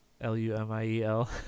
L-U-M-I-E-L